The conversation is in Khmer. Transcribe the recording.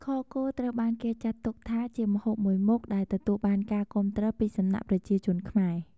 ខគោត្រូវបានគេចាត់ទុកថាជាម្ហូបមួយមុខដែលទទួលបានការគាំទ្រពីសំណាក់ប្រជាជនខ្មែរ។